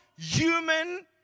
Human